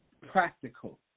practical